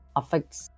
affects